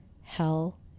hell